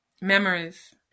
Memories